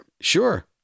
Sure